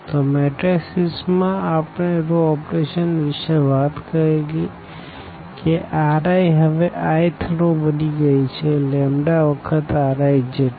તો મેટ્રાઈસીસ માં આપણે રો ઓપરેશન વિષે વાત કરેલી કે Ri હવે i th રો બની ગઈ છે લેમ્બ્ડા વખત Ri જેટી